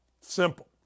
Simple